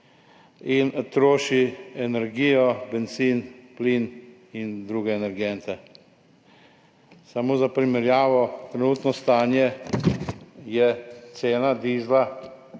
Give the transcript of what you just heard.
in trošijo energijo, bencin, plin in druge energente. Samo za primerjavo – trenutno stanje cene dizla